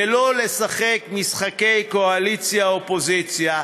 ולא לשחק משחקי קואליציה אופוזיציה.